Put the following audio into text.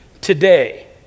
today